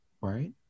right